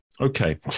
Okay